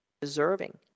deserving